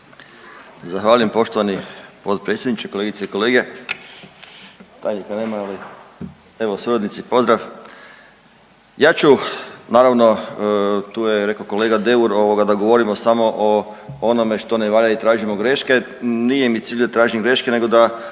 Zahvaljujem poštovani potpredsjedniče. Kolegice i kolege. Tajnika nema, ali evo suradnici pozdrav. Ja ću naravno, tu je rekao kolega Deur da govorimo samo o onome što ne valja i tražimo greške. Nije mi cilj da tražim graške, nego da